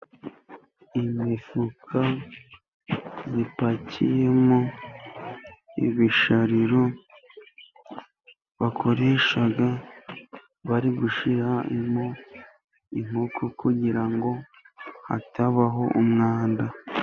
Imifuka ipakiyemo ibishariro bakoresha bari gushyimo inkoko kugira ngo hatabaho umwanda.